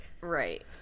right